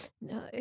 No